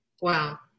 Wow